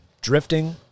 drifting